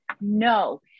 no